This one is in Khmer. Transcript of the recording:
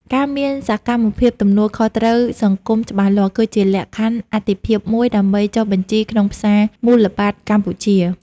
ការមានសកម្មភាពទំនួលខុសត្រូវសង្គមច្បាស់លាស់ គឺជាលក្ខខណ្ឌអាទិភាពមួយដើម្បីចុះបញ្ជីក្នុងផ្សារមូលបត្រកម្ពុជា។